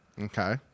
Okay